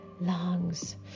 lungs